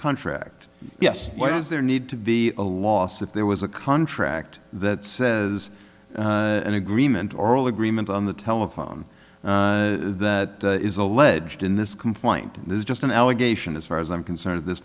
contract yes why does there need to be a loss if there was a contract that says an agreement oral agreement on the telephone that is alleged in this complaint is just an allegation as far as i'm concerned at this